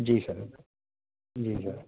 جی sir جی سر